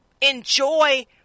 Enjoy